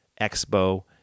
Expo